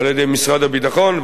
על-ידי משרד הביטחון,